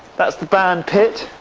that's the band pit,